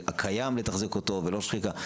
הקיים לתחזק אותו ולא שחיקה.